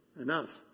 enough